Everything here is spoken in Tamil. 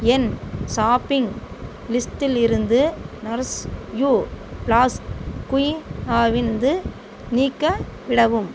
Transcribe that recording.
என் ஷாப்பிங் லிஸ்ட்டில் இருந்து நரிஷ் யூ ப்ளாஸ்க் குயின் ஆவிருந்து நீக்கி விடவும்